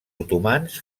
otomans